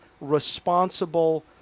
responsible